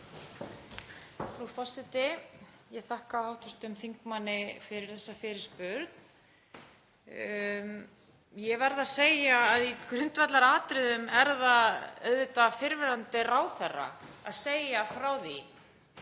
Frú forseti. Ég þakka hv. þingmanni fyrir þessa fyrirspurn. Ég verð að segja að í grundvallaratriðum er það auðvitað fyrrverandi ráðherra að segja frá því